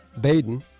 Baden